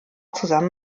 zusammen